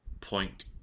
point